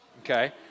okay